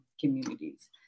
communities